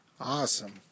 Awesome